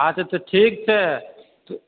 अच्छे तऽ ठीक छै